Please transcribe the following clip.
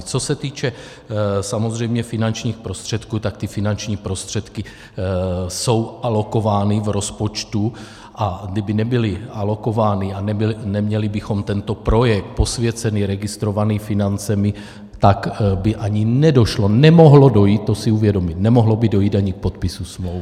Co se týče samozřejmě finančních prostředků, tak ty finanční prostředky jsou alokovány v rozpočtu, a kdyby nebyly alokovány a neměli bychom tento projekt posvěcený, registrovaný financemi, tak by ani nedošlo, nemohlo dojít, to si uvědomit, nemohlo by dojít ani k podpisu smlouvy.